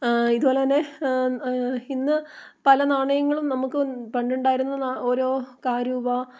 ഇതുപോലെതന്നെ ഇന്ന് പല നാണയങ്ങളും നമുക്ക് പണ്ടുണ്ടായിരുന്ന ഓരോ രൂപ